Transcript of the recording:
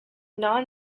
non